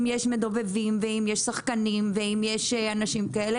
אם יש מדובבים ואם יש שחקנים ואם יש אנשים כאלה